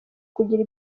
kugira